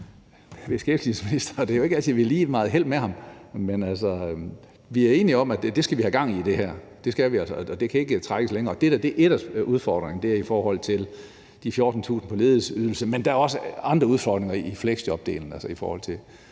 det er jo ikke altid, vi har lige meget held med ham. Men vi er enige om, at det skal vi have gang i. Det skal vi altså, og det kan ikke trækkes længere. Det, der er en af udfordringerne, er de 14.000 på ledighedsydelse. Men der er også andre udfordringer i fleksjobdelen,